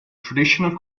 traditional